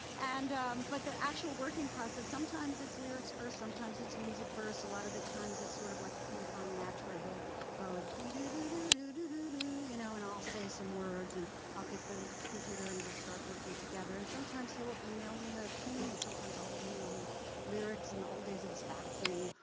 but the actual working process, sometimes it's lyrics first. sometimes it's music first. a lot of the time, it's sort of like a ping pong match, where he'll go, do do do do do do do do, you know, and i'll say some words. and i'll get the computer, and we'll start working together. and sometimes he'll email me a tune. and sometimes i'll email him lyrics. in the old days, it was faxing.